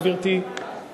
גברתי,